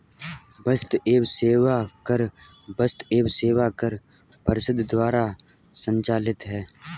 वस्तु एवं सेवा कर वस्तु एवं सेवा कर परिषद द्वारा संचालित है